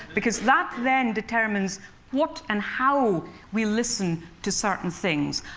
because that then determines what and how we listen to certain things.